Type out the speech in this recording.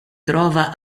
trova